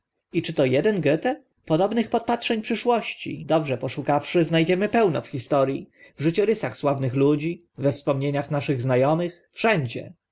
czy to eden goethe podobnych podpatrzeń przyszłości dobrze poszukawszy zna dziemy pełno w historii w życiorysach sławnych ludzi we wspomnieniach naszych zna omych wszędzie